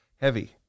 heavy